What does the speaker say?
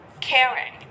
caring